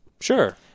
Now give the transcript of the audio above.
sure